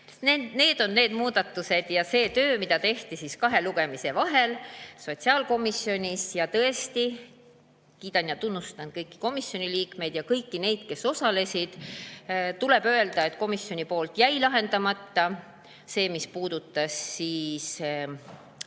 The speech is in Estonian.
on need muudatused ja see töö, mida tehti kahe lugemise vahel sotsiaalkomisjonis. Tõesti kiidan ja tunnustan kõiki komisjoni liikmeid ja kõiki neid, kes osalesid. Tuleb öelda, et komisjonil jäi lahendamata see, mis puudutas Liikva